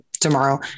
tomorrow